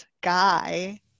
guy